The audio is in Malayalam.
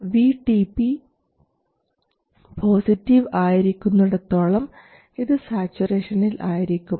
അതിനാൽ VTP പോസിറ്റീവ് ആയിരിക്കുന്നിടത്തോളം ഇത് സാച്ചുറേഷനിൽ ആയിരിക്കും